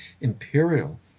imperial